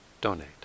donate